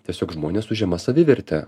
tiesiog žmonės su žema saviverte